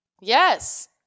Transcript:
Yes